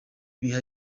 biha